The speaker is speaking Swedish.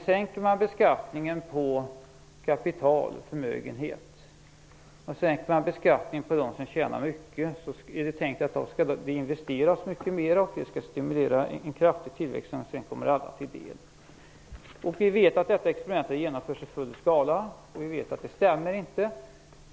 Sänker man beskattningen på kapital och förmögenhet och för dem som tjänar mycket, är det tänkt att det skall investeras mycket mera. Det skall stimulera en kraftig tillväxt som sedan kommer alla till del. Vi vet att detta experiment har genomförts i full skala, och vi vet att det inte stämmer.